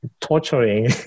torturing